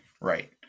Right